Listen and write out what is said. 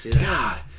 God